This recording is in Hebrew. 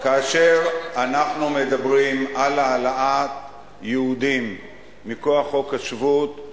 כאשר אנחנו מדברים על העלאת יהודים מכוח חוק השבות,